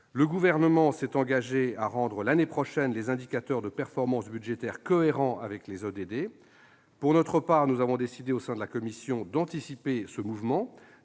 Le Gouvernement s'est engagé à rendre, l'année prochaine, les indicateurs de performance budgétaire cohérents avec les ODD. Pour notre part, nous avons décidé, au sein de la commission, d'anticiper ce mouvement.